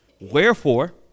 Wherefore